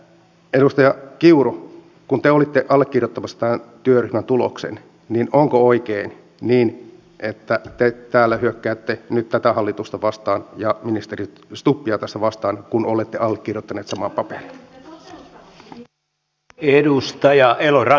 edustaja kiuru kun te olitte allekirjoittamassa tämän työryhmän tuloksen onko oikein että te täällä hyökkäätte nyt tätä hallitusta ja ministeri stubbia vastaan tässä kun olette allekirjoittaneet saman paperin